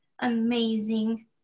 amazing